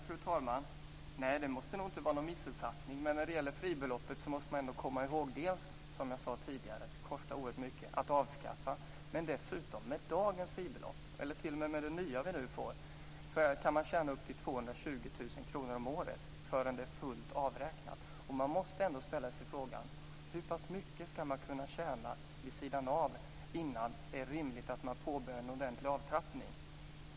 Fru talman! Nej, det är nog ingen missuppfattning, men när det gäller fribeloppet måste man ändå komma ihåg dels, som jag sade tidigare, att det kostar oerhört mycket att avskaffa det, dels att man med dagens fribelopp eller t.o.m. med det nya som vi nu får kan tjäna upp till 220 000 kr om året innan det är fullt avräknat. Vi måste ställa oss frågan: Hur pass mycket ska man kunna tjäna vid sidan av innan det är rimligt att man påbörjar en ordentlig avtrappning?